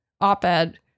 op-ed